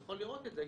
יכול לראות את זה.